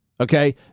Okay